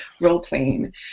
role-playing